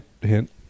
hint